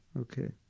Okay